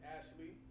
Ashley